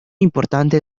importante